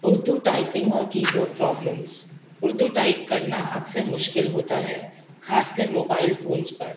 Urdu typing اور keyboard problems Urdu type کرنا اکثر مشکل ہوتا ہے خاص کر موبائل فونس پر